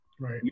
Right